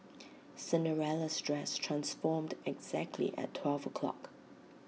Cinderella's dress transformed exactly at twelve o'clock